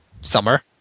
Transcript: summer